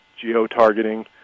geo-targeting